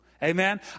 Amen